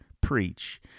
preach